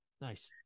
Nice